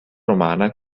romana